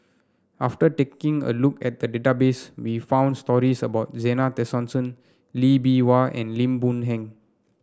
after taking a look at the database we found stories about Zena Tessensohn Lee Bee Wah and Lim Boon Heng